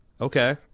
Okay